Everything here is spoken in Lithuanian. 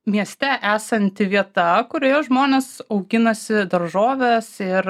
mieste esanti vieta kurioje žmonės auginasi daržoves ir